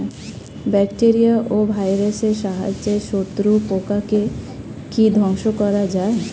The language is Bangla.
ব্যাকটেরিয়া ও ভাইরাসের সাহায্যে শত্রু পোকাকে কি ধ্বংস করা যায়?